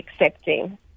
accepting